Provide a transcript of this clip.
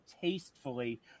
tastefully